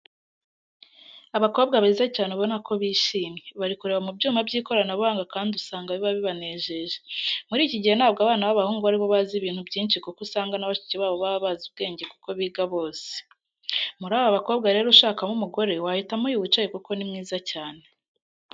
Abakobwa beza cyane ubona ko bishimye, bari kureba mu byuma by'ikoranabuhanga kandi usanga biba bibanejeje, muri iki gihe ntabwo abana b'abahungu ari bo bazi ibintu byinshi kuko usanga na bashiki babo baba bazi ubwenge kuko biga bose. Muri aba bakobwa rero ushakamo umugore wahitamo uyu wicaye kuko ni mwiza cyane.